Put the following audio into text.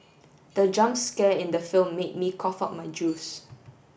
the jump scare in the film made me cough out my juice